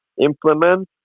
implement